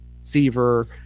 Seaver